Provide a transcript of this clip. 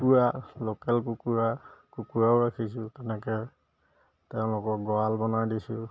কুকুৰা লোকেল কুকুৰা কুকুৰাও ৰাখিছোঁ তেনেকৈ তেওঁলোকৰ গঁৰাল বনাই দিছোঁ